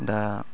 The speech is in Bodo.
दा